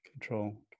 control